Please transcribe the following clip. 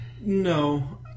no